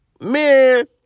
man